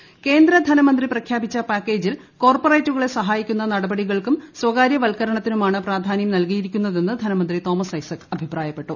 പൂപ് കേന്ദ്ര ധനമന്ത്രി പ്രഖ്യാപിച്ച പാക്കേജിൽ കോർപറേറ്റുകളെ സഹായിക്കുന്ന നടപടികൾക്കും സ്വകാര്യവത്ക്കരണത്തിനുമാണ് പ്രാധാന്യം നൽകിയിരിക്കുന്നതെന്ന് ധനമന്ത്രി തോമസ് ഐസക് അഭിപ്രായപ്പെട്ടു